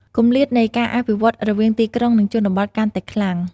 គម្លាតនៃការអភិវឌ្ឍន៍រវាងទីក្រុង និងជនបទកាន់តែខ្លាំង។